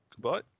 Goodbye